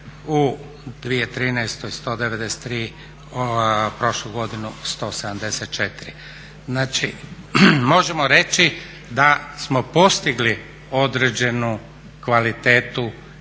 u 2013. 193, prošlu godinu 174. Znači možemo reći da smo postigli određenu kvalitetu